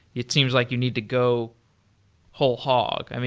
it seems like you need to go whole-hog.